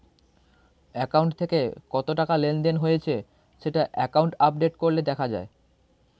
account থেকে কত টাকা লেনদেন হয়েছে সেটা অ্যাকাউন্ট আপডেট করলে দেখা যায়